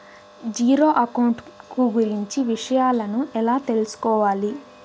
Zero account కు గురించి విషయాలను ఎలా తెలుసుకోవాలి?